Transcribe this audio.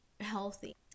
healthy